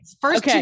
First